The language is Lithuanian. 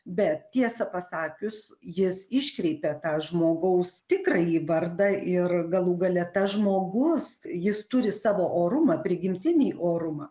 bet tiesą pasakius jis iškreipia tą žmogaus tikrąjį vardą ir galų gale tas žmogus jis turi savo orumą prigimtinį orumą